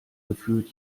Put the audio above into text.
gefühlt